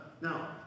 Now